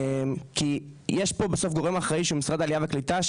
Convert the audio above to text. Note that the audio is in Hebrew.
כי יש פה בסוף גורם אחראי של משרד העלייה והקליטה,